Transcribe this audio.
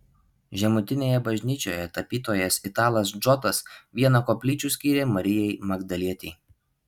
žemutinėje bažnyčioje tapytojas italas džotas vieną koplyčių skyrė marijai magdalietei